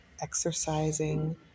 exercising